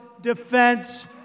defense